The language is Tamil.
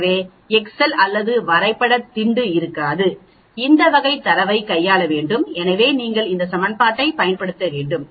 எனவே எக்செல்ஸ் அல்லது வரைபட திண்டு இருக்காது இந்த வகை தரவைக் கையாள முடியும் எனவே நீங்கள் இந்த சமன்பாடுகளைப் பயன்படுத்த வேண்டும்